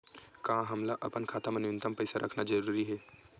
का हमला अपन खाता मा न्यूनतम पईसा रखना जरूरी हे?